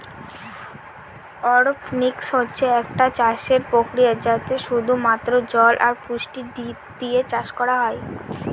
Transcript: অরপনিক্স হচ্ছে একটা চাষের প্রক্রিয়া যাতে শুধু মাত্র জল আর পুষ্টি দিয়ে চাষ করা হয়